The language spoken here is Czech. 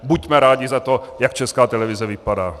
Buďme rádi za to, jak Česká televize vypadá.